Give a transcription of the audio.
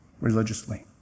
religiously